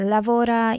Lavora